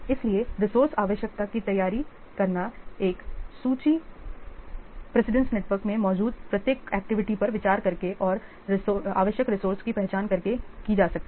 इसलिए रिसोर्से आवश्यकता की तैयारी करना एक सूची पूर्ववर्ती नेटवर्क में मौजूद प्रत्येक एक्टिविटी पर विचार करके और आवश्यक रिसोर्से की पहचान करके की जा सकती है